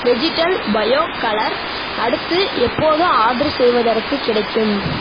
vegetal bio colour அடுத்து எப்போது order செய்வதற்குக் கிடைக்கும்